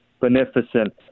beneficent